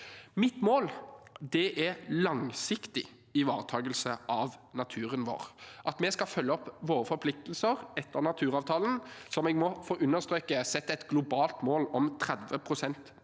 Mitt mål er langsiktig ivaretakelse av naturen vår, at vi skal følge opp våre forpliktelser etter naturavtalen, som jeg må få understreke setter et globalt mål om 30 pst.